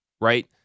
right